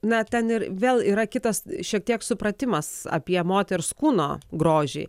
na ten ir vėl yra kitas šiek tiek supratimas apie moters kūno grožį